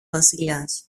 βασιλιάς